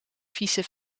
vieze